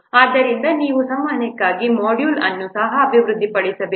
ಆದ್ದರಿಂದ ನೀವು ಸಂವಹನಕ್ಕಾಗಿ ಮಾಡ್ಯೂಲ್ ಅನ್ನು ಸಹ ಅಭಿವೃದ್ಧಿಪಡಿಸಬೇಕು